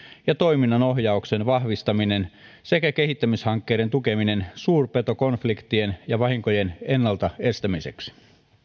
ja toiminnanohjauksen vahvistaminen sekä kehittämishankkeiden tukeminen suurpetokonfliktien ja vahinkojen ennalta estämiseksi